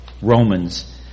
Romans